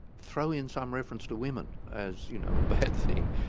throw in some reference to women as you know a bad thing.